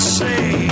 say